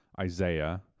Isaiah